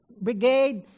brigade